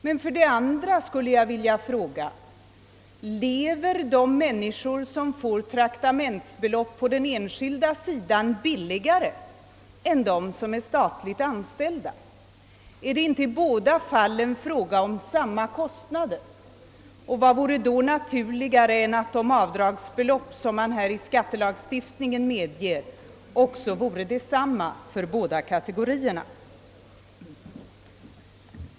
Men för det andra skulle jag vilja fråga: Lever de människor som får traktamentsbelopp på den enskilda sidan billigare än de som är statligt anställda? Är det inte i båda fallen fråga om samma kostnader? Vad vore då naturligare än att det avdragsbelopp som man medger i skattelagstiftningen också vore detsamma för båda kategorierna?